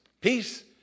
Peace